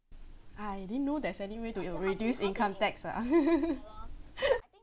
I didn't know there's anyway to reduce income tax ah